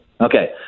Okay